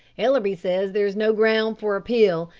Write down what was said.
ellbery says there is no ground for appeal,